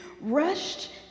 rushed